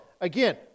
again